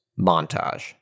montage